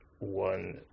one